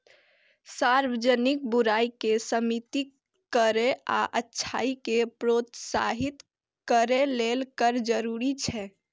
सार्वजनिक बुराइ कें सीमित करै आ अच्छाइ कें प्रोत्साहित करै लेल कर जरूरी छै